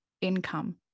income